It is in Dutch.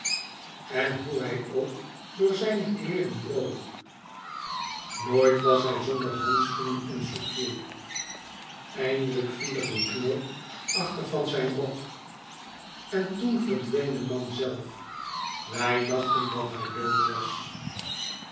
en hoe hij ook door zijne kleeren droop nooit was hij zonder handschoenen en souspieds eindelijk viel er een knoop achter van zijn rok en toen verdween de man zelf wij dachten dat hij dood was